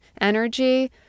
energy